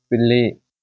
పిల్లి